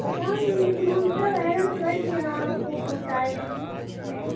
پتہ نہیں لیکن ہم سب آئرن کر کے آپ کو پہنچائے تھے مس میم